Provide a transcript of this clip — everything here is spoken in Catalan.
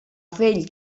vell